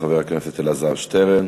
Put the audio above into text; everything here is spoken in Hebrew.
חבר הכנסת אלעזר שטרן,